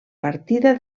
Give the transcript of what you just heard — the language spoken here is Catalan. partida